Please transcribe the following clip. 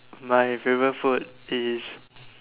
my favourite food is